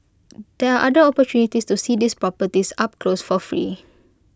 there are other opportunities to see these properties up close for free